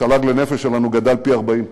התל"ג לנפש שלנו גדל פי-40,